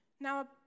Now